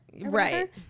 right